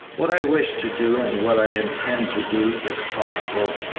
what i wish to do, and what i intend to do if possible,